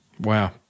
Wow